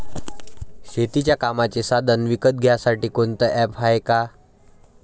शेतीच्या कामाचे साधनं विकत घ्यासाठी कोनतं ॲप हाये का?